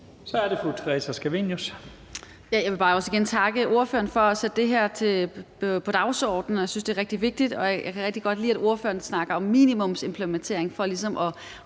Så er det fru Theresa Scavenius.